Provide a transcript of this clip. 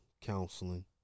counseling